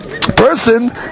person